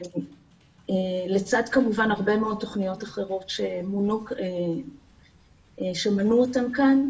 לצד הרבה מאוד תוכניות אחרות שמנו אותן כאן.